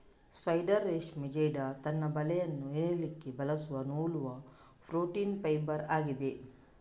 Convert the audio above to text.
spider ರೇಷ್ಮೆ ಜೇಡ ತನ್ನ ಬಲೆಯನ್ನ ಹೆಣಿಲಿಕ್ಕೆ ಬಳಸುವ ನೂಲುವ ಪ್ರೋಟೀನ್ ಫೈಬರ್ ಆಗಿದೆ